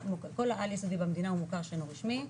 כל העל יסודי במדינה הוא מוכר שאינו רשמי,